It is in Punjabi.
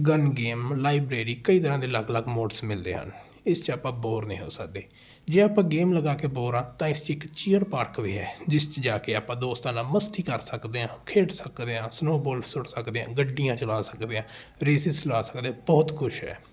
ਗਨ ਗੇਮ ਲਾਈਬਰੇਰੀ ਕਈ ਤਰਹਾਂ ਦੇ ਅਲੱਗ ਅਲੱਗ ਮੋਡਸ ਮਿਲਦੇ ਇਸ 'ਚ ਆਪਾਂ ਬੋਰ ਨਹੀਂ ਹੋ ਸਕਦੇ ਜੇ ਆਪਾਂ ਗੇਮ ਲਗਾ ਕੇ ਬੋਰ ਹਾਂ ਤਾ ਇਸ 'ਚ ਇਕ ਚੀਅਰ ਪਾਰਕ ਵੀ ਹੈ ਜਿਸ 'ਚ ਜਾ ਕੇ ਆਪਾਂ ਦੋਸਤਾਂ ਨਾਲ ਮਸਤੀ ਕਰ ਸਕਦੇ ਹਾਂ ਖੇਡ ਸਕਦੇ ਹਾਂ ਸਨੋਅ ਬੋਲ ਸੁੱਟ ਸਕਦੇ ਹਾਂ ਗੱਡੀਆਂ ਚਲਾ ਸਕਦੇ ਹਾਂ ਰੇਸਿਸ ਲਾ ਸਕਦੇ ਹਾਂ ਬਹੁਤ ਕੁਛ ਹੈ